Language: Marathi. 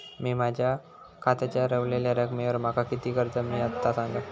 मी माझ्या खात्याच्या ऱ्हवलेल्या रकमेवर माका किती कर्ज मिळात ता सांगा?